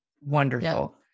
wonderful